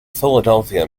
philadelphia